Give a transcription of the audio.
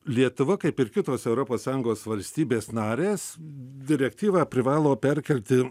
lietuva kaip ir kitos europos sąjungos valstybės narės direktyvą privalo perkelti